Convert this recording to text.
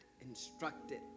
instructed